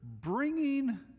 bringing